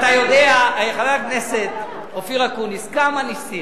חבר הכנסת אופיר אקוניס, אתה יודע, כמה ניסינו,